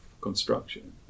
construction